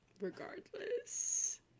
regardless